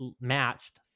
matched